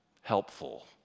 helpful